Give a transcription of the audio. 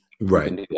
Right